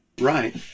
Right